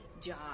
job